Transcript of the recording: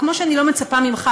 כמו שאני לא מצפה ממך,